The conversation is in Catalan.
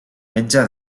metge